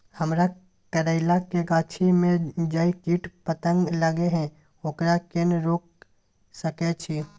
हमरा करैला के गाछी में जै कीट पतंग लगे हैं ओकरा केना रोक सके छी?